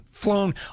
flown